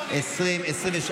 אז העניין הענייני כבר לא ישחק.